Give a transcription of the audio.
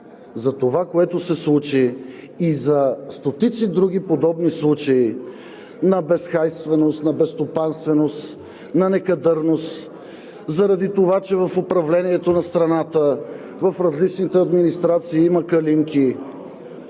за това, което се случи, и за стотици други подобни случаи – на нехайство, на безстопанственост, на некадърност, заради това, че в управлението на страната в различните администрации има „калинки“.